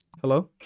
Hello